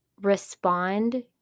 respond